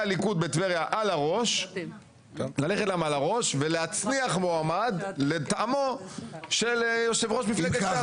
הליכוד בטבריה על הראש ולהצניח מועמד לטעמו של יושב ראש מפלגת ש"ס.